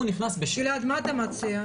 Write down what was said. הוא נכנס בפסקה 6. גלעד, מה אתה מציע?